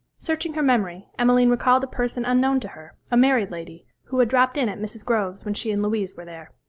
searching her memory, emmeline recalled a person unknown to her, a married lady, who had dropped in at mrs. grove's when she and louise were there.